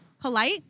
polite